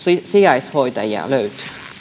sijaishoitajia löytyy